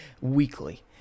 weekly